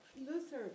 Luther